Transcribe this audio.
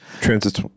Transit